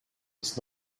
ist